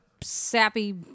sappy